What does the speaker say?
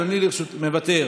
מוותר.